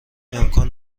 امکان